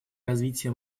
развития